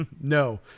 No